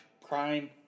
crime